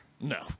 No